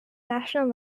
national